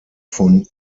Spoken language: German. von